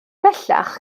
bellach